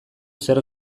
zer